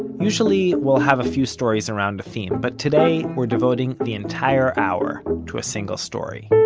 usually, we'll have a few stories around a theme, but today we are devoting the entire hour to a single story.